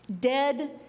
dead